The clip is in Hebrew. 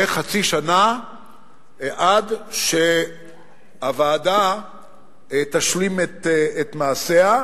חצי שנה עד שהוועדה תשלים את מעשיה,